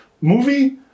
movie